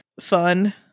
fun